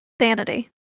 Sanity